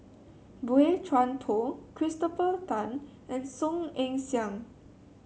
Boey Chuan Poh Christopher Tan and Song Ong Siang